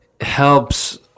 helps